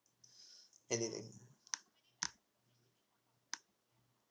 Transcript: any